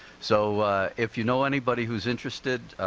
so if you know anybody who's interested,